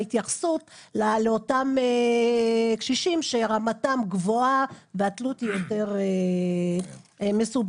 בהתייחסות לאותם קשישים שרמתם גבוהה והתלות היא יותר מסובכת.